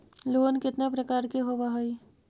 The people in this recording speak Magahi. लोन केतना प्रकार के होव हइ?